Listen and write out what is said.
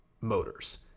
Motors